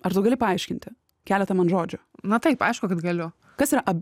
ar tu gali paaiškinti keletą man žodžių na taip aišku kad galiu kas yra